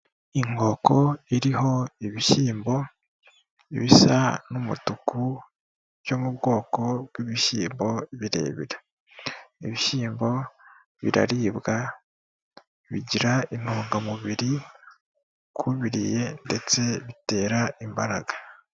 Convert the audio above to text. Inkoko iriho ibishyimbo bisa n'umutuku, byo mu bwoko bw'ibishyimbo birebire. Ibishyimbo biraribwa bigira intungamubiri ku ubiriye, ndetse bitera imbaraga.